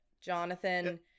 Jonathan